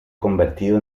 convertido